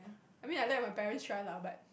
I mean I let my parents try lah but